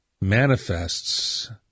manifests